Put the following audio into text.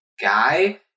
guy